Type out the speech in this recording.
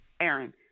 Aaron